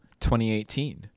2018